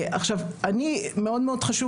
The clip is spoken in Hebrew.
לי מאוד חשוב,